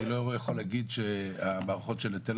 אני לא יכול להגיד שהמערכות של היטל